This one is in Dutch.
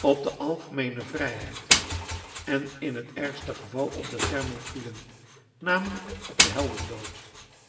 op de algemeene vrijheid en in het ergste geval op de thermopylen namelijk op den heldendood